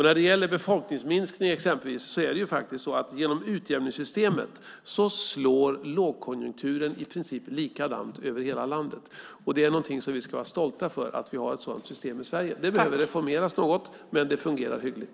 När det gäller exempelvis befolkningsminskning är det faktiskt så att genom utjämningssystemet slår lågkonjunkturen i princip likadant över hela landet. Det är någonting som vi ska vara stolta över, att vi har ett sådant system i Sverige. Det behöver reformeras något, men det fungerar hyggligt.